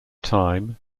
time